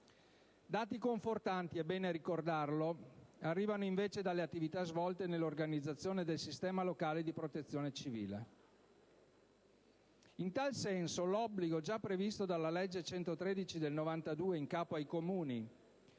Dati confortanti - è bene ricordarlo - arrivano invece dalle attività svolte nell'organizzazione del sistema locale di protezione civile. In tal senso, l'obbligo, già previsto dalla legge n. 113 del 1992, in capo ai Comuni